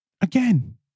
Again